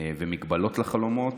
ומגבלות לחלומות.